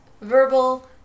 verbal